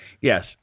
yes